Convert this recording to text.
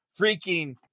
freaking